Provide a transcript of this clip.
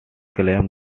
claims